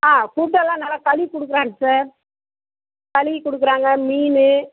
ஆ ஃபுட்டெல்லாம் நல்லா கழுவி கொடுக்குறாங்க சார் கழுவி கொடுக்குறாங்க மீன்